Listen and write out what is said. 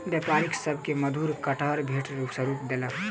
व्यापारी सभ के मधुर कटहर भेंट स्वरूप देलक